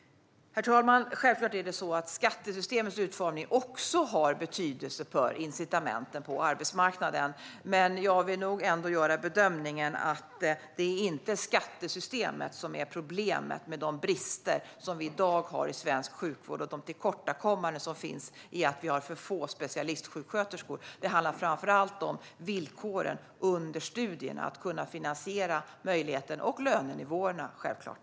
Herr talman! Självklart har skattesystemets utformning också betydelse för incitamenten på arbetsmarknaden, men jag gör nog ändå bedömningen att det inte är skattesystemet som är problemet när det gäller de brister vi i dag har i svensk sjukvård och tillkortakommandena i form av att vi har för få specialistsjuksköterskor. Det handlar framför allt om villkoren under studierna - att kunna finansiera dem - och lönenivåerna, självklart.